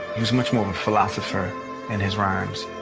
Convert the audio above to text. he is much more a philosopher in his rhymes.